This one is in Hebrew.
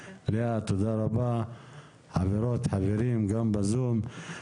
תודה רבה, חברות וחברים, גם בזום.